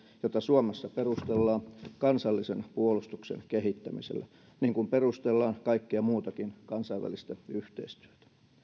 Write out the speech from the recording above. jota suomessa perustellaan kansallisen puolustuksen kehittämisellä niin kuin perustellaan kaikkea muutakin kansainvälistä yhteistyötä